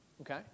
Okay